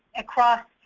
across